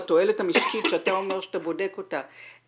התועלת המשקית שאתה אומר שאתה בודק אותה --- מנסה.